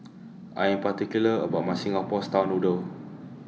I Am particular about My Singapore Style Noodles